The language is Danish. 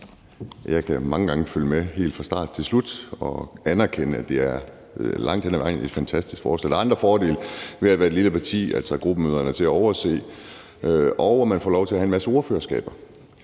jeg kan mange gange følge med helt fra start til slut – og jeg anerkender, at det her langt hen ad vejen er et fantastisk forslag. Der er andre fordele ved at være et lille parti: Gruppemøderne er til at overse, og man får lov til at have en masse ordførerskaber.